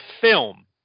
film